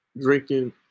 drinking